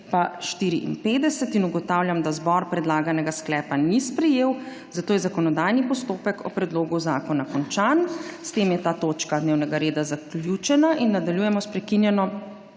54.) Ugotavljam, da zbor predlaganega sklepa ni sprejel, zato je zakonodajni postopek o predlogu zakona končan. S tem je ta točka dnevnega reda zaključena. Nadaljujemo s prekinjeno